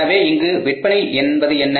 எனவே இங்கு விற்பனை என்பது என்ன